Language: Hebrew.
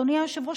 אדוני היושב-ראש,